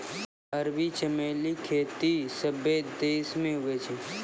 अरबी चमेली खेती सभ्भे देश मे हुवै छै